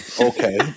okay